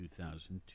2002